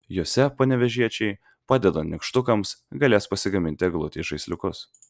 jose panevėžiečiai padedant nykštukams galės pasigaminti eglutei žaisliukus